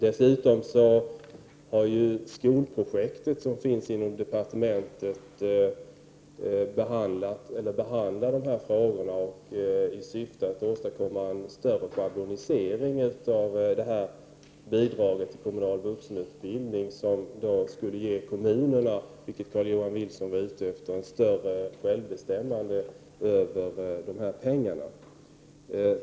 Dessutom behandlar skolprojektet inom departementet dessa frågor, i syfte att åstadkomma en större schablonisering av bidraget till kommunal vuxenutbildning, som skulle ge kommunerna — vilket Carl-Johan Wilson var ute efter — ett större självbestämmande över pengarna.